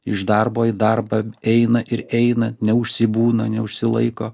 iš darbo į darbą eina ir eina neužsibūna neužsilaiko